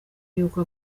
yuko